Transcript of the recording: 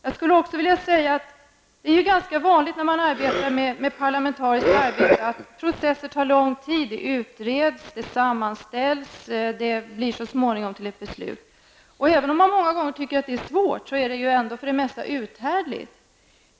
När man sysslar med parlamentariskt arbete är det ganska vanligt att processer tar lång tid. Ett ärende skall utredas, sammanställas, och så småningom fattas ett beslut. Även om man många gånger tycker att det känns tungt, är det ändå för det mesta uthärdligt.